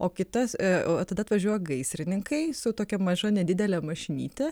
o kitas o tada atvažiuoja gaisrininkai su tokia maža nedidele mašinyte